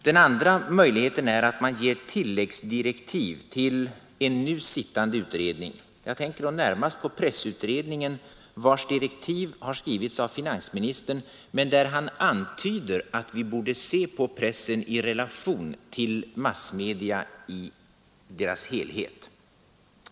Den andra möjligheten är att man ger tilläggsdirektiv till en nu sittande utredning. Jag tänker närmast på pressutredningen, vars direktiv har skrivits av finansministern som där antyder att vi bör se på pressen i relation till massmedia i deras helhet.